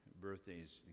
birthdays